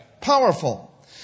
Powerful